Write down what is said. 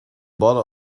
balla